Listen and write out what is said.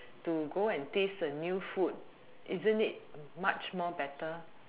to go and taste a new food isn't it much more better